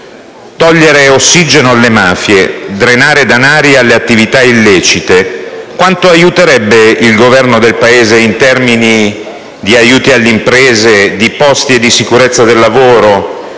Togliere ossigeno alle mafie e drenare danari alle attività illecite quanto aiuterebbe il Governo del Paese in termini di aiuti alle imprese, di posti e di sicurezza del lavoro,